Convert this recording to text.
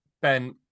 Ben